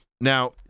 now